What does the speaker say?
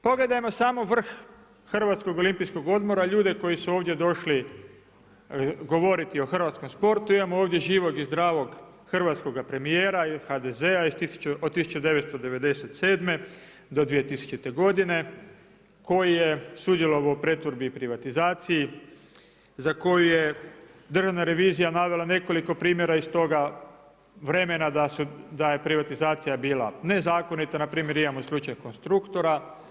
Pogledamo samo vrh HOO-a ljude koji su ovdje došli govoriti o hrvatskom sportu imamo ovdje živog i zdravog hrvatskoga premijera i HDZ-a od 1997. do 2000. godine koji je sudjelovao u pretvorbi i privatizaciji, za koju je Državna revizija navela nekoliko primjera iz toga vremena da je privatizacija bila nezakonita npr. imamo slučaj Konstruktora.